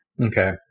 Okay